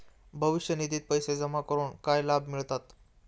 भविष्य निधित पैसे जमा करून काय लाभ मिळतात?